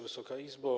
Wysoka Izbo!